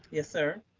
yes, sir.